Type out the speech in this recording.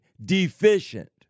deficient